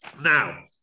Now